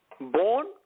born